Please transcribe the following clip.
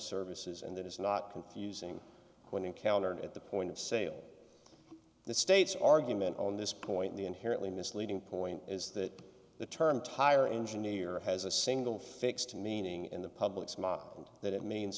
services and it is not confusing when encountered at the point of sale the state's argument on this point the inherently misleading point is that the term tire engineer has a single fixed meaning in the public's model and that it means